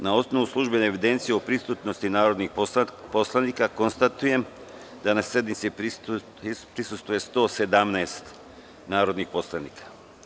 Na osnovu službene evidencije o prisutnosti narodnih poslanika, konstatujem da sednici prisustvuje 117 narodnih poslanika.